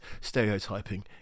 stereotyping